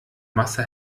masse